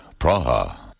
Praha